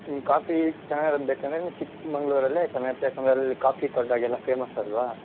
ನಿಮ್ಗೆ ಕಾಫಿ ಚೆನ್ನಾಗಿರೋದು ಬೇಕಂದರೆ ನೀವು ಚಿಕ್ಮಂಗಳೂರಿನಲ್ಲೇ ಚೆನ್ನಾಗಿರುತ್ತೆ ಯಾಕಂದರೆ ಅಲ್ಲಿ ಕಾಫಿ ತೋಟದಾಗೆಲ್ಲ ಫೇಮಸ್ ಅಲ್ವಾ